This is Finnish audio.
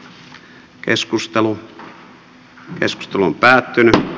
keskustelua ei syntynyt